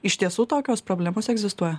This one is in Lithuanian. iš tiesų tokios problemos egzistuoja